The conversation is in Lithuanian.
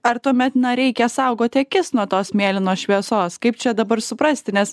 ar tuomet na reikia saugoti akis nuo tos mėlynos šviesos kaip čia dabar suprasti nes